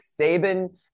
Saban